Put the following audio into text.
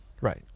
Right